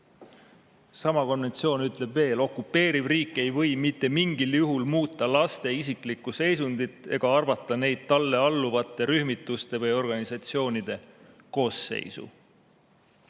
Sama konventsioon ütleb veel: "Okupeeriv riik ei või mitte mingil juhul muuta laste isiklikku seisundit ega arvata neid talle alluvate rühmituste või organisatsioonide koosseisu."